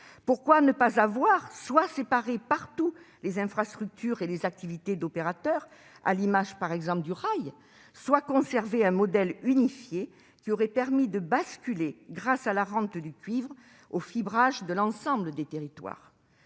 Pourquoi ne pas avoir soit séparé partout les infrastructures et les activités d'opérateurs, à l'image par exemple du rail, soit conservé un modèle unifié qui aurait permis de basculer, grâce à la rente du cuivre, au fibrage de l'ensemble des territoires ?